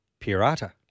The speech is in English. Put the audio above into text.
Pirata